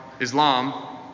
Islam